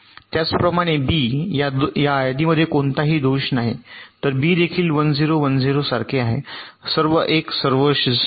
त्याचप्रमाणे बी या यादीमध्ये कोणताही दोष नाही तर बी देखील 1 0 1 0 सारखे आहे सर्व 1 सर्व 0